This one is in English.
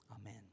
amen